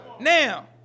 Now